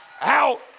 out